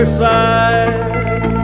side